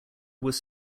was